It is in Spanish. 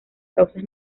causas